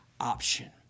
option